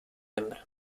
hembra